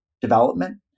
development